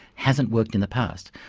hasn't worked in the past.